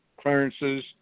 clearances